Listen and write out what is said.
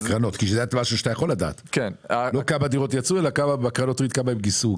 לא כמה דירות יצאו, אלא כמה הקרנות גייסו?